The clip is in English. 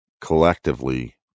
collectively